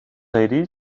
lady